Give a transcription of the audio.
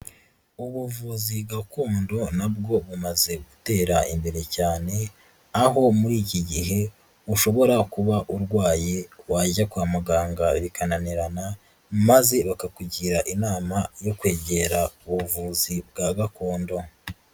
Ubuvuzi gakondo na bwo bumaze gutera imbere cyane, aho muri iki gihe ushobora kuba urwaye wajya kwa muganga bikananirana maze bakakugira inama yo kwegera ubuvuzi bwa gakondo.